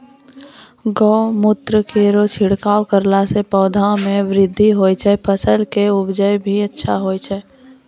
गौमूत्र केरो छिड़काव करला से पौधा मे बृद्धि होय छै फसल के उपजे भी अच्छा होय छै?